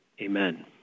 Amen